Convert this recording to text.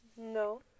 No